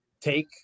take